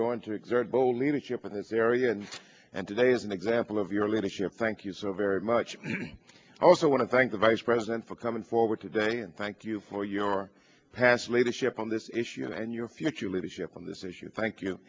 going to exert bold leadership in this area and and today is an example of your leadership thank you so very much i also want to thank the vice president for coming forward today and thank you for your past leadership on this issue and your future leadership on this issue thank you